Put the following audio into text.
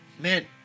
Man